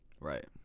right